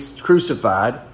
crucified